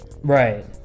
right